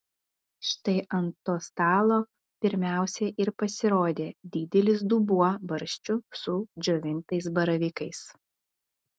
štai ant to stalo pirmiausia ir pasirodė didelis dubuo barščių su džiovintais baravykais